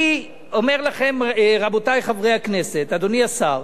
אני אומר לכם, רבותי חברי הכנסת, אדוני השר: